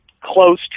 close